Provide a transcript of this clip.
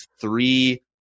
three